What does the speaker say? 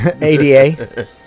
ADA